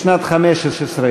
לשנת 2015,